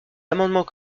amendements